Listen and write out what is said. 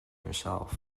yourself